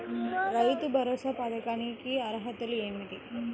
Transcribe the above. రైతు భరోసా పథకానికి అర్హతలు ఏమిటీ?